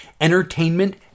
entertainment